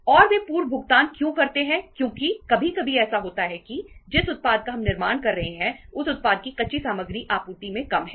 और वे पूर्व भुगतान क्यों करते हैं क्योंकि कभी कभी ऐसा होता है कि जिस उत्पाद का हम निर्माण कर रहे हैं उस उत्पाद की कच्ची सामग्री आपूर्ति में कम है